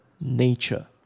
nature